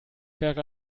wäre